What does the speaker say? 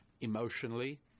emotionally